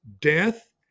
death